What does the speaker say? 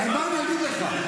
אז בוא אני אגיד לך.